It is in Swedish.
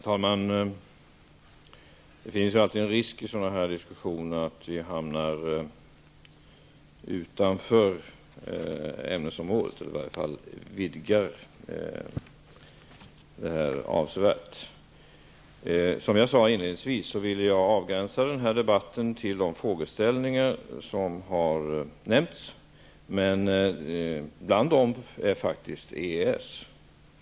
Herr talman! Det finns alltid en risk i sådana här diskussioner att vi hamnar utanför ämnesområdet eller i varje fall vidgar det avsevärt. Som jag sade inledningsvis vill jag avgränsa denna debatt till de frågeställningar som har nämnts. Bland dem är faktiskt EES.